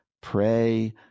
pray